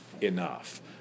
enough